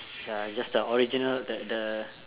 ya just the original the the